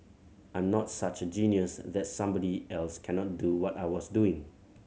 I'm not such a genius that's somebody else cannot do what I was doing